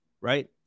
Right